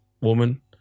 woman